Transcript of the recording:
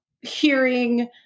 hearing